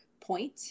point